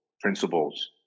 principles